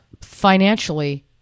financially